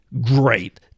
great